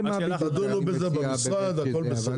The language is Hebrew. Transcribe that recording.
תדונו בזה במשרד הכל בסדר,